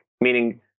meaning